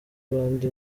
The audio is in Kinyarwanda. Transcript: bandi